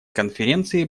конференции